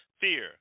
fear